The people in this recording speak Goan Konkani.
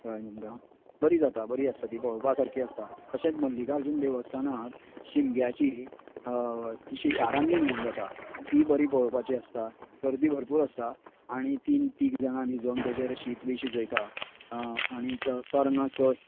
कळ्ळें न्हू तुमका बरीं जाता बरीं आसता ती पळोवपा सारकी आसता तशेंच मल्लिकार्जून देवस्थानांत शिमग्याची शिश्यारान्नी म्हुणून जाता तीं बरीं पळोवपाची आसता गर्दी भरपूर आसता आनी तीन तिग जाणां न्हिदोन तेजेर शीत बीन शिजयता आनीक तरंगा सयत